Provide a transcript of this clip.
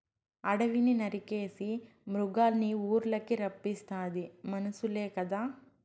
అడివిని నరికేసి మృగాల్నిఊర్లకి రప్పిస్తాది మనుసులే కదా